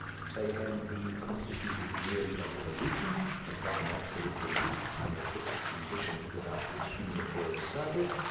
if they had, indeed, constituted merely a revolution and not an absolute release from the fixed conditions about which human affairs circled,